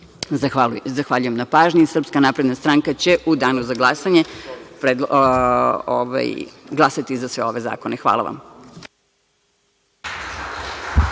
sposobnosti. Zahvaljujem na pažnji. Srpska napredna stranka će u Danu za glasanje glasati za sve ove zakone. Hvala vam.